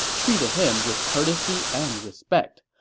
treated him with courtesy and respect.